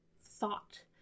thought